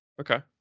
Okay